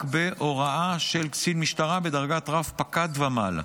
בהוראה של קצין משטרה בדרגת רב-פקד ומעלה.